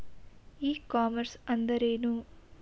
E commerce ಎಂದರೇನು?